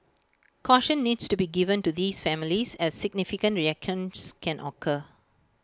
caution needs to be given to these families as significant reactions can occur